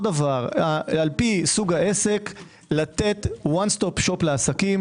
לפי סוג העסק לתת וואן סטופ שופ לעסקים.